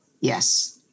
yes